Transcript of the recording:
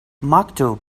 maktub